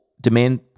demand